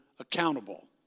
accountable